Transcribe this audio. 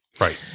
Right